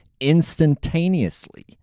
instantaneously